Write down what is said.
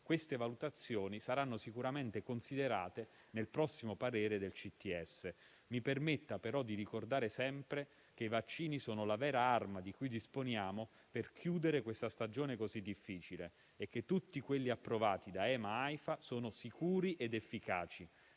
Queste valutazioni saranno sicuramente considerate nel prossimo parere del CTS. Mi permetta però di ricordare sempre che i vaccini sono la vera arma di cui disponiamo per chiudere questa stagione così difficile e che tutti quelli approvati da EMA e Aifa sono sicuri ed efficaci.